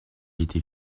était